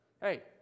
Hey